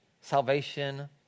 salvation